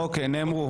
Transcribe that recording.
אוקיי, נאמרו.